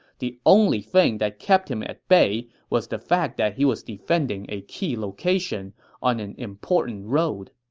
the only thing that kept him at bay was the fact that he was defending a key location on an important road